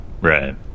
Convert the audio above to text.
Right